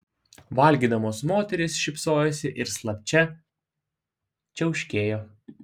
valgydamos moterys šypsojosi ir slapčia čiauškėjo